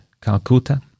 Calcutta